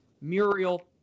Muriel